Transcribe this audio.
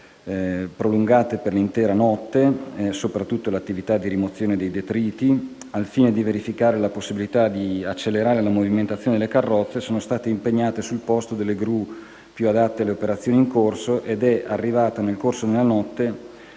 sono prolungate per l'intera notte, soprattutto l'attività di rimozione dei detriti. Al fine di verificare la possibilità di accelerare la movimentazione delle carrozze, sono state impegnate sul posto le gru più adatte alle operazioni in corso ed è arrivato, nel corso della notte,